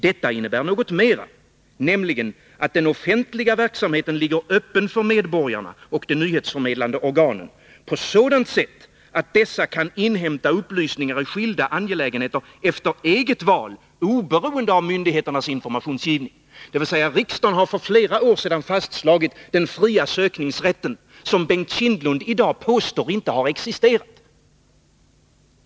Detta innebär något mera, nämligen att den offentliga verksamheten ligger öppen för medborgarna och de nyhetsförmedlande organen på sådant sätt att dessa kan inhämta upplysningar i skilda angelägenheter efter eget val, oberoende av myndigheternas informationsgivning.” Riksdagen har alltså för flera år sedan fastslagit den fria sökningsrätt som Bengt Kindbom i dag påstår inte har existerat.